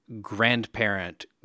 grandparent